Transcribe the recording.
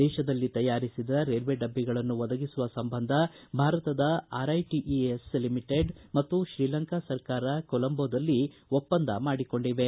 ದೇಶದಲ್ಲಿ ತಯಾರಿಸಿದ ರೇಲ್ವೆ ಡಬ್ಬಿಗಳನ್ನು ಒದಗಿಸುವ ಸಂಬಂಧ ಭಾರತದ ಆರ್ಐಟಇಎಸ್ ಲಿಮಿಟೆಡ್ ಮತ್ತು ಶ್ರೀಲಂಕಾ ಸರ್ಕಾರ ಕೊಲಂಬೊದಲ್ಲಿ ಒಪ್ಪಂದ ಮಾಡಿಕೊಂಡಿವೆ